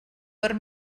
per